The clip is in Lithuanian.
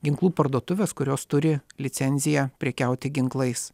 ginklų parduotuvės kurios turi licenziją prekiauti ginklais